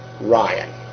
Ryan